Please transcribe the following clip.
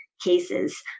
cases